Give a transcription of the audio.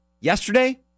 Yesterday